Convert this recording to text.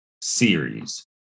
series